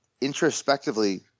introspectively